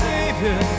Savior